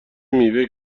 میوه